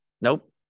Nope